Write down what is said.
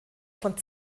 von